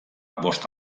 bost